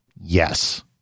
Yes